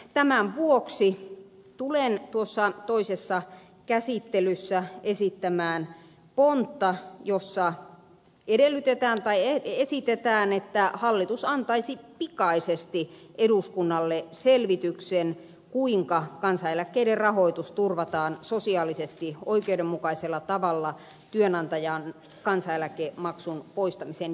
tämän vuoksi tulen toisessa käsittelyssä esittämään pontta jossa esitetään että hallitus antaisi pikaisesti eduskunnalle selvityksen kuinka kansaneläkkeiden rahoitus turvataan sosiaalisesti oikeudenmukaisella tavalla työnantajan kansaneläkemaksun poistamisen jälkeen